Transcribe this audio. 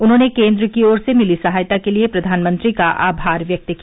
उन्होंने केन्द्र की ओर से मिली सहायता के लिए प्रधानमंत्री का आभार व्यक्त किया